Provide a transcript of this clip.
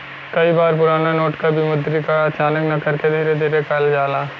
कई बार पुराना नोट क विमुद्रीकरण अचानक न करके धीरे धीरे करल जाला